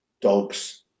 dogs